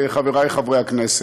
חברי חברי הכנסת,